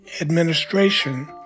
administration